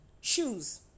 shoes